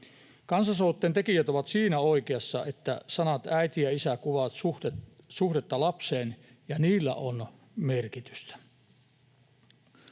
Kansalaisaloitteen tekijät ovat siinä oikeassa, että sanat ”äiti” ja ”isä” kuvaavat suhdetta lapseen ja niillä on merkitystä.